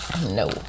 No